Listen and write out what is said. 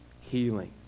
Healing